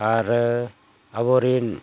ᱟᱨ ᱟᱵᱚᱨᱮᱱ